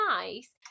nice